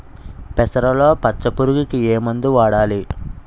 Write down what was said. పెసరలో పచ్చ పురుగుకి ఏ మందు వాడాలి?